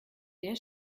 der